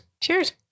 cheers